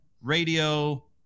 radio